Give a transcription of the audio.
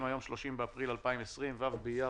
לא קשורים,